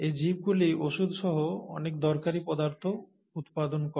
এই জীবগুলি ওষুধ সহ অনেক দরকারী পদার্থ উৎপাদন করে